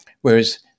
Whereas